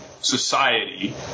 society